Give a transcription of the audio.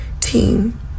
team